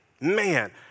Man